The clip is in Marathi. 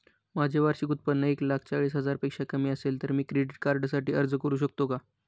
माझे वार्षिक उत्त्पन्न एक लाख चाळीस हजार पेक्षा कमी असेल तर मी क्रेडिट कार्डसाठी अर्ज करु शकतो का?